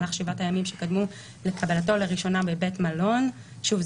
במהלך 7 הימים שקדמו לקבלתו לראשונה בבית המלון,"; שוב,